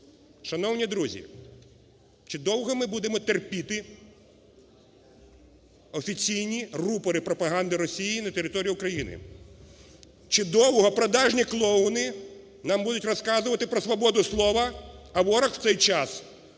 Шановні друзі, чи довго ми будемо терпіти офіційні рупори пропаганди Росії на території України? Чи довго продажні клоуни нам будуть розказувати про свободу слова, а ворог в цей час,